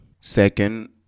second